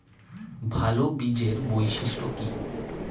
ভাল বীজের বৈশিষ্ট্য কী?